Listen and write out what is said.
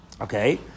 Okay